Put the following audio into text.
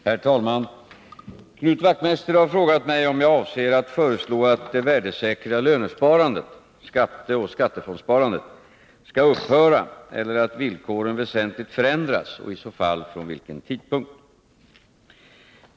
Herr talman! Knut Wachtmeister har frågat mig om jag avser att föreslå att det värdesäkra lönesparandet skall upphöra eller att villkoren väsentligt förändras och i så fall från vilken tidpunkt.